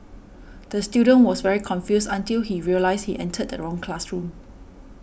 the student was very confused until he realised he entered the wrong classroom